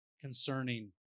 concerning